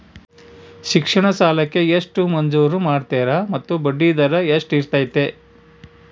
ಶಿಕ್ಷಣ ಸಾಲಕ್ಕೆ ಎಷ್ಟು ಮಂಜೂರು ಮಾಡ್ತೇರಿ ಮತ್ತು ಬಡ್ಡಿದರ ಎಷ್ಟಿರ್ತೈತೆ?